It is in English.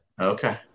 Okay